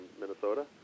Minnesota